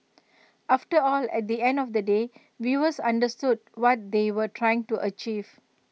after all at the end of the day viewers understood what they were trying to achieve